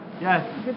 Yes